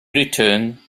return